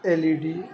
L E D